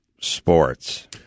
sports